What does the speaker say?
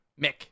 Mick